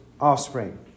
offspring